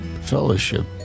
fellowship